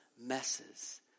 messes